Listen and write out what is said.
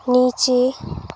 नीचे